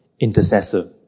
Intercessor